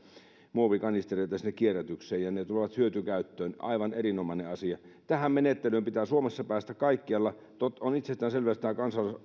muovikanistereita sinne kierrätykseen ja ne tulevat hyötykäyttöön aivan erinomainen asia tähän menettelyyn pitää suomessa päästä kaikkialla on itsestäänselvä tämä